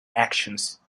actions